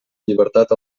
llibertat